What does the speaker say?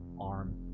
arm